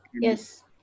Yes